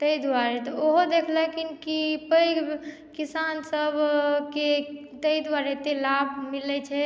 ताहि दुआरे ओहो देखलखिन कि पैघ किसानसभ के ताहि दुआरे एतै लाभ मिले छै